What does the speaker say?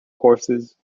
horses